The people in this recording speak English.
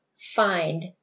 find